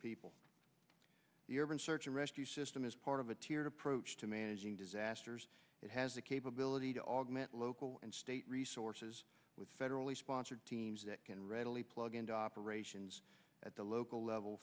people the urban search and rescue system is part of a tiered approach to managing disasters it has the capability to augment local and state resources with federally sponsored teams that can readily plug and operations at the local level